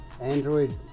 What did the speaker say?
Android